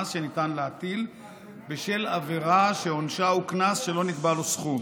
שניתן להטיל בשל עבירה שעונשה הוא קנס שלא נקבע לו סכום.